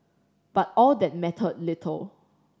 but all that mattered little